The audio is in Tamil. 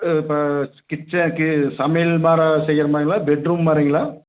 ஆ இப்போ கிட்சனுக்கு சமையல்மாரி செய்கிற மாதிரிங்களா பெட் ரூம் மாதிரிங்களா